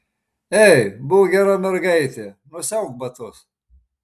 ei būk gera mergaitė nusiauk batus